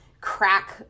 crack